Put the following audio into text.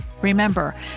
Remember